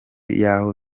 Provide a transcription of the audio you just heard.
y’aho